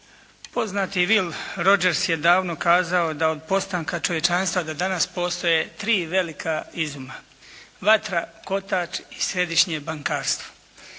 Poznati Will Rogers je davno kazao da od postanka čovječanstva do danas postoje tri velika izuma vatra, kotač i središnje bankarstvo.